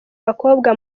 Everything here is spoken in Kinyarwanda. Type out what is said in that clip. bakobwa